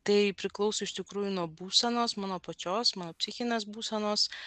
tai priklauso iš tikrųjų nuo būsenos mano pačios mano psichinės būsenos